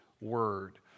Word